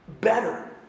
better